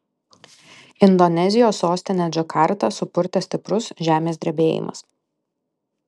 indonezijos sostinę džakartą supurtė stiprus žemės drebėjimas